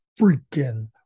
freaking